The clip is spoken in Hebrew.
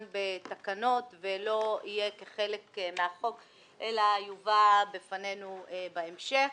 בתקנות ולא יהיה כחלק מהחוק אלא יובא בפנינו בהמשך.